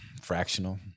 fractional